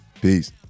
Peace